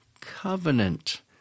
covenant